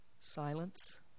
silence